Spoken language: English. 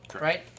Right